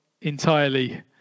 entirely